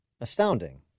astounding